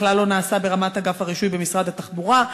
בכלל לא נעשה ברמת אגף הרישוי במשרד התחבורה.